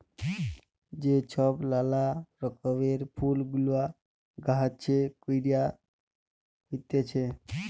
যে ছব লালা রকমের ফুল গুলা গাহাছে ক্যইরে হ্যইতেছে